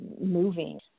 moving